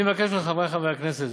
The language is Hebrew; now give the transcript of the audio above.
אני מבקש מחברי חברי הכנסת,